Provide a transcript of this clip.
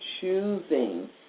choosing